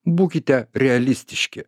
būkite realistiški